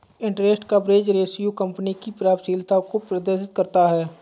interest coverage ratio company की प्रभावशीलता को प्रदर्शित करता है